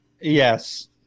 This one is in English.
Yes